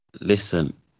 Listen